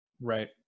Right